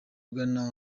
ugana